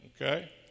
okay